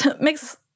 makes